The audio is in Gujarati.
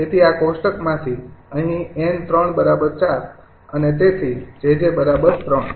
તેથી આ કોષ્ટકમાંથી અહીં 𝑁૩ ૪ અને તેથી 𝑗𝑗 ૩